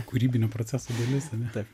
kūrybinio proceso dalis ane